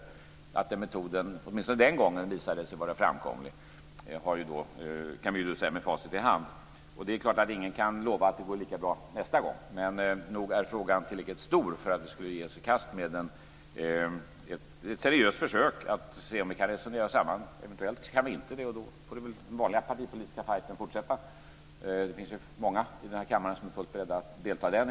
Den metoden visade sig åtminstone den gången vara framkomlig, kan vi säga med facit i hand. Ingen kan lova att det går lika bra nästa gång, men nog är frågan tillräckligt stor för att vi borde ge oss i kast med den i ett seriöst försök att se om vi kan resonera oss samman. Eventuellt kan vi inte göra det, och då får väl den vanliga partipolitiska fighten fortsätta. Jag är övertygad om att det är många i kammaren som är fullt beredda att delta i den.